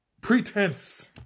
Pretense